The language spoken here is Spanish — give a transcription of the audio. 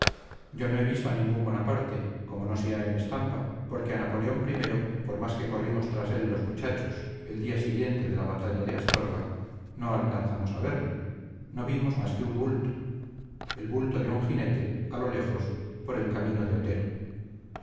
yo no he visto a ningún bonaparte como no sea en estampa porque a napoleón i por más que corrimos tras él los muchachos el día siguiente de la batalla de astorga no alcanzamos a verle no vimos más que un bulto el bulto de un jinete a lo lejos por el camino de otero